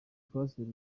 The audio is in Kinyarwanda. twasuye